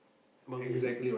birthday